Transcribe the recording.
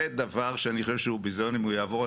זה דבר שאני חושב שהוא ביזיון אם הוא יעבור.